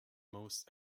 most